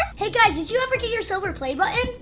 hey guys, did you ever get your silver play button?